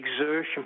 exertion